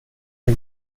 jag